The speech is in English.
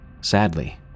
Sadly